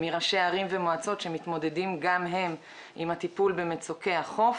מראשי ערים ומועצות שמתמודדים גם הם עם הטיפול במצוקי החוף.